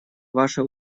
ваше